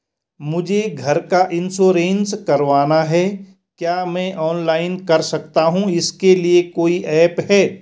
मुझे घर का इन्श्योरेंस करवाना है क्या मैं ऑनलाइन कर सकता हूँ इसके लिए कोई ऐप है?